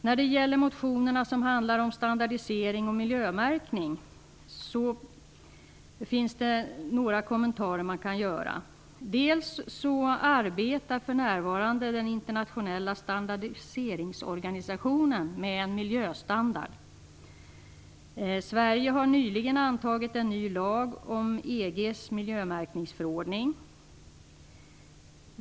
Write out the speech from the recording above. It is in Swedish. När det gäller de motioner som handlar om standardisering och miljömärkning har jag också några kommentarer. Den internationella standardiseringsorganisationen arbetar för närvarande med en miljöstandard. Sverige har nyligen antagit en ny lag om EG:s miljömärkningsförordning.